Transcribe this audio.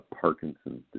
Parkinson's